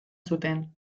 zuten